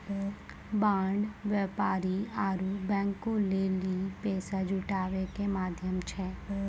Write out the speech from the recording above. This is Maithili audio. बांड व्यापारी आरु बैंको लेली पैसा जुटाबै के माध्यम छै